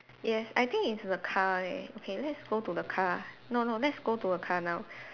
yes I think it's the car leh okay let's go to the car no no let's go to the car now